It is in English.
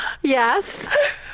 Yes